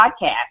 podcast